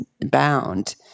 Bound